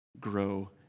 grow